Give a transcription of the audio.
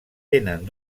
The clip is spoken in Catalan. tenen